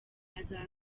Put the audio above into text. aza